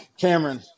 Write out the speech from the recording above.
Cameron